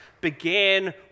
began